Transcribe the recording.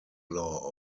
law